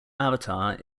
avatar